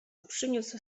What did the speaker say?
przyniósł